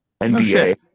NBA